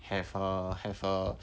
have a have a